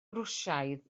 rwsiaidd